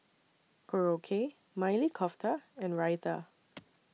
Korokke Maili Kofta and Raita